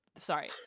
Sorry